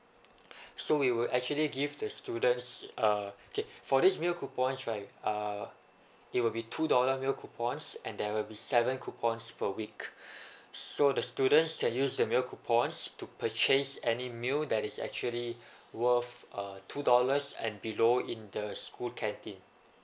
so we will actually give the students uh okay for this meal coupons like uh it will be two dollar meal coupons and there will be seven coupons per week so the students can use the meal coupons to purchase any meal that is actually worth uh two dollars and below in the school canteen